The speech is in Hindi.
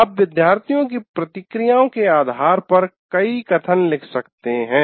आप विद्यार्थियों की प्रतिक्रियाओं के आधार पर कई कथन लिख सकते हैं